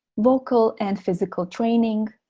vocal and physical training,